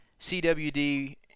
CWD